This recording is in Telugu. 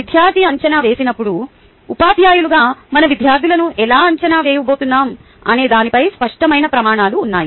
విద్యార్ధి అంచనా వేసినప్పుడు ఉపాధ్యాయులుగా మన విద్యార్థులను ఎలా అంచనా వేయబోతున్నాం అనే దానిపై స్పష్టమైన ప్రమాణాలు ఉన్నాయి